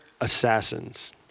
assassins